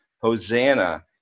Hosanna